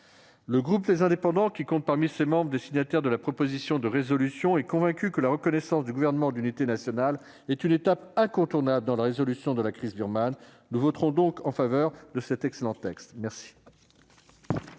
Le groupe Les Indépendants, qui compte des signataires de la proposition de résolution, est convaincu que la reconnaissance du gouvernement d'unité nationale est une étape incontournable dans la résolution de la crise birmane. Nous voterons donc en faveur de cet excellent texte. La